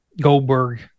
Goldberg